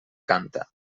canta